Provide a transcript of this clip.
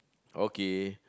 okay